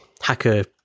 hacker